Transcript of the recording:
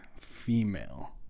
female